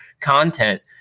content